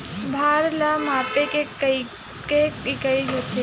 भार ला मापे के कतेक इकाई होथे?